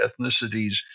ethnicities